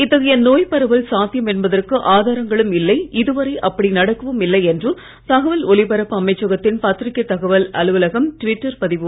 இத்தகைய நோய் பரவல் சாத்தியம் என்பதற்கு ஆதாரங்களும் இல்லை இதுவரை அப்படி நடக்கவும் இல்லை என்று தகவல் ஒலிபரப்பு அமைச்சகத்தின் பத்திரிக்கை தகவல் அலுவலகம் ட்விட்டர் பதிவு ஒன்றில் தெளிவுப்படுத்தி உள்ளது